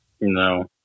No